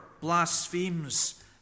blasphemes